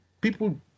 People